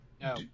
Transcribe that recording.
no